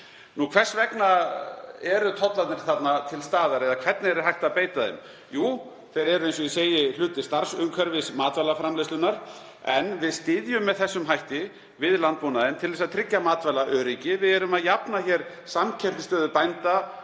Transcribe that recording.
Hvers vegna eru tollarnir þarna til staðar eða hvernig er hægt að beita þeim? Jú, þeir eru, eins og ég segi, hluti starfsumhverfis matvælaframleiðslunnar en við styðjum með þessum hætti við landbúnaðinn til að tryggja matvælaöryggi. Við erum að jafna samkeppnisstöðu bænda